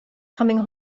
coming